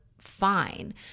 fine